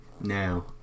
Now